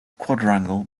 quadrangle